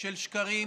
של שקרים,